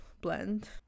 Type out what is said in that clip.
blend